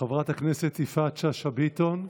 חברת הכנסת יפעת שאשא ביטון,